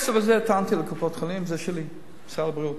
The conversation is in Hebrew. זה שלי, של משרד הבריאות.